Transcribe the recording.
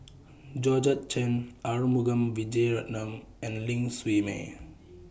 Georgette Chen Arumugam Vijiaratnam and Ling Siew May